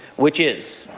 which is